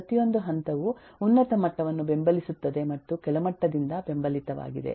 ಪ್ರತಿಯೊಂದು ಹಂತವು ಉನ್ನತ ಮಟ್ಟವನ್ನು ಬೆಂಬಲಿಸುತ್ತದೆ ಮತ್ತು ಕೆಳಮಟ್ಟದಿಂದ ಬೆಂಬಲಿತವಾಗಿದೆ